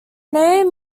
name